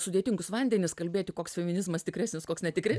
sudėtingus vandenis kalbėti koks feminizmas tikresnis koks netikri